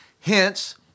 hence